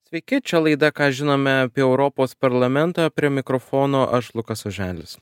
sveiki čia laida ką žinome apie europos parlamentą prie mikrofono aš lukas oželis